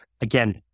again